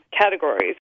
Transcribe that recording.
categories